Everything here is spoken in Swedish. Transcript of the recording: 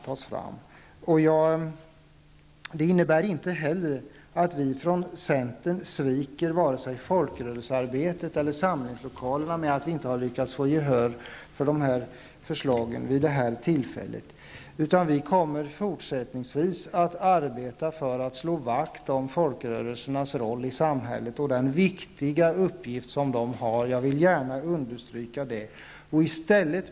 Det här innebär inte heller att vi från centern sviker folkrörelsearbetet eller samlingslokalerna när vi inte har lyckats få gehör för dessa förslag vid detta tillfälle. Vi kommer fortsättningsvis att arbeta för att slå vakt om folkrörelsernas roll i samhället och den viktiga uppgift som de har, vilket jag gärna vill understryka.